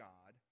God